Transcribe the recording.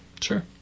Sure